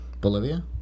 Bolivia